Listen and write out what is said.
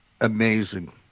Amazing